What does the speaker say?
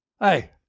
Hey